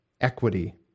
equity